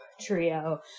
trio